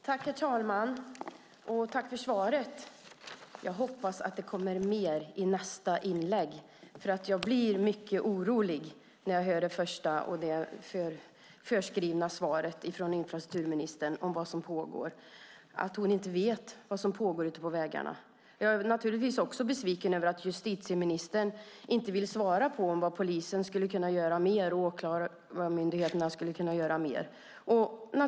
Herr talman! Jag tackar för svaret, men hoppas att det kommer mer i nästa inlägg, för jag blir mycket orolig när jag hör det förskrivna svaret från infrastrukturministern om vad som pågår. Hon vet inte vad som pågår ute på vägarna. Jag är naturligtvis också besviken över att justitieministern inte vill svara på vad polisen och Åklagarmyndigheten skulle kunna göra mer.